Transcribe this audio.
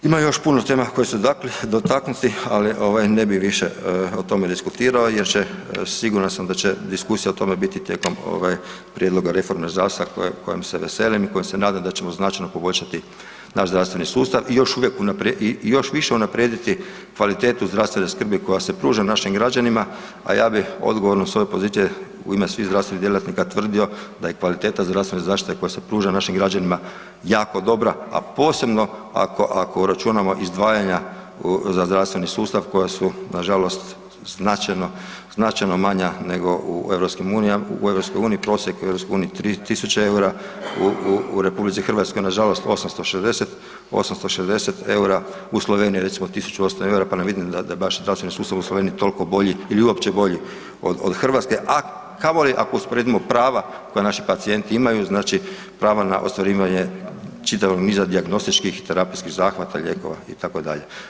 Ima još puno tema koji su dotaknuti, ali ovaj ne bi više o tome diskutirao jer će, siguran sam da će diskusija o tome biti tijekom ovaj prijedloga reforme zdravstva kojem se veselim i kojem se nadam da ćemo značajno poboljšati naš zdravstveni sustav i još više unaprijediti kvalitetu zdravstvene skrbi koja se pruža našim građanima, a ja bi odgovorno s ove pozicije u ime svih zdravstvenih djelatnika tvrdio da je kvaliteta zdravstvene zaštite koja se pruža našim građanima jako dobra, a posebno ako, ako uračunamo izdvajanja za zdravstveni sustav koja su nažalost značajno, značajno manja nego u EU, prosjek EU je 3.000 EUR-a, u RH nažalost 860, 860 EUR-a, u Sloveniji recimo 1.800 EUR-a, pa ne vidim da je baš zdravstveni sustav u Sloveniji tolko bolji ili uopće bolji od, od Hrvatske, a kamoli ako usporedimo prava koja naši pacijenti imaju, znači prava na ostvarivanje čitavog niza dijagnostičkih i terapijskih zahvata i lijekova itd.